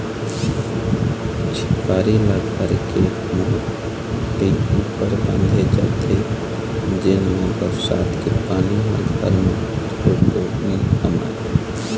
झिपारी ल घर के मोहाटी ऊपर बांधे जाथे जेन मा बरसात के पानी ह घर म थोरको नी हमाय